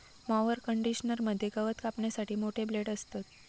mower conditioner मध्ये गवत कापण्यासाठी मोठे ब्लेड असतत